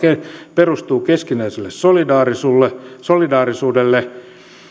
perustuu keskinäiselle solidaarisuudelle solidaarisuudelle